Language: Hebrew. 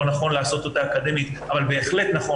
לא נכון לעשות אותה אקדמית אבל בהחלט נכון